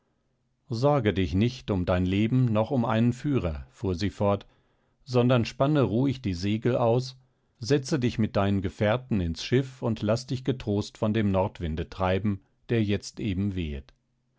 sorge nicht um dein leben noch um einen führer fuhr sie fort sondern spanne ruhig die segel aus setze dich mit deinen gefährten ins schiff und laß dich getrost von dem nordwinde treiben der jetzt eben wehet